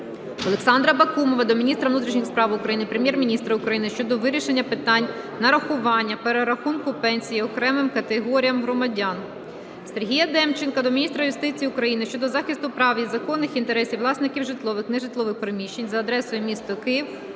Олександра Бакумова до міністра внутрішніх справ України, Прем'єр-міністра України щодо вирішення питання нарахування (перерахунку) пенсій окремим категоріям громадян. Сергія Демченка до міністра юстиції України щодо захисту прав і законних інтересів власників житлових, нежитлових приміщень за адресою: місто Київ,